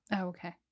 okay